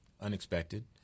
unexpected